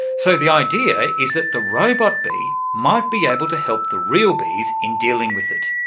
so the idea is that the robot bee might be able to help the real bees in dealing with it.